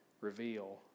reveal